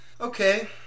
Okay